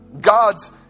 God's